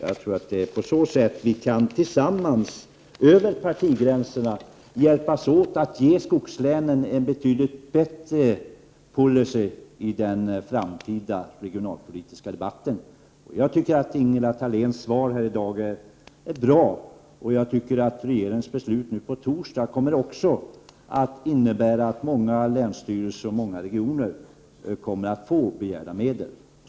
Jag tror att det är på det sättet som vi tillsammans över partigränserna kan hjälpas åt att i den framtida regionalpolitiska debatten ge skogslänen en betydligt bättre policy. Jag tycker att Ingela Thaléns svar här i dag är bra, och jag tycker att det beslut som regeringen på torsdag kommer att fatta måste innebära att många länsstyrelser och regioner kommer att få begärda medel.